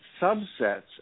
subsets